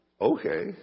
okay